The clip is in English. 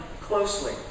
closely